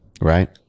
Right